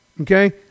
Okay